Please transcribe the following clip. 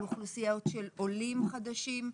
על אוכלוסיות של עולים חדשים.